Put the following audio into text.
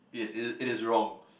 it is it is wrong